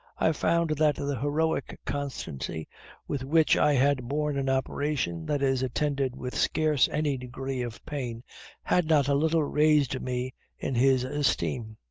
i found that the heroic constancy with which i had borne an operation that is attended with scarce any degree of pain had not a little raised me in his esteem.